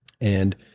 And-